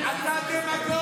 אתה דמגוג.